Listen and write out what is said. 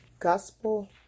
gospel